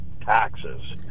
taxes